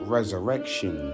Resurrection